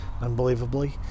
unbelievably